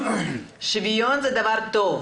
שוויון זה דבר טוב,